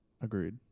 Agreed